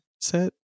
set